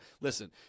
Listen